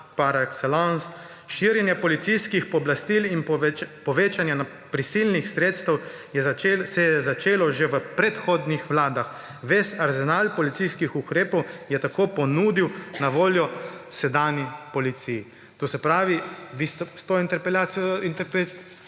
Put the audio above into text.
par excellence: »Širjenje policijskih pooblastil in povečanje prisilnih sredstev se je začelo že v predhodnih vladah. Ves arzenal policijskih ukrepov je tako ponudil na voljo sedanji policiji. Se pravi, vi s to interpelacijo